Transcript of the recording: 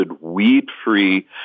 weed-free